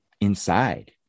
inside